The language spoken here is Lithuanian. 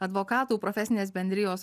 advokatų profesinės bendrijos